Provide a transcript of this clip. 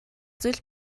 зүйл